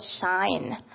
shine